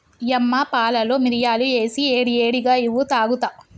యమ్మ పాలలో మిరియాలు ఏసి ఏడి ఏడిగా ఇవ్వు తాగుత